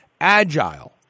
agile